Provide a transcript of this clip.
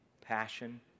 passion